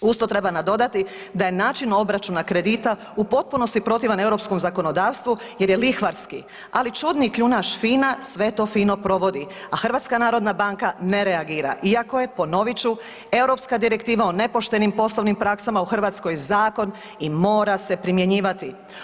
Uz to treba nadodati da je način obračuna kredita u potpunosti protivan europskom zakonodavstvu jer lihvarski ali čudni kljunaš FINA sve to fino provodi a HNB ne reagira iako je ponovit ću, europska direktiva o nepoštenim poslovnim praksama u Hrvatskoj zakon i mora se primjenjivati.